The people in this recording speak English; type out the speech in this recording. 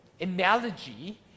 analogy